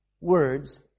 words